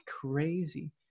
crazy